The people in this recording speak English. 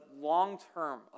long-term